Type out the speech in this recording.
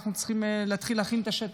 אנחנו צריכים להתחיל להכין את השטח.